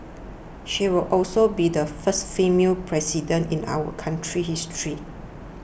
she will also be the first female President in our country's history